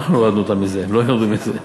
אנחנו הורדנו אותם מזה, הם לא ירדו מזה.